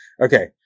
Okay